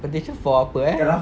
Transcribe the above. petition for apa eh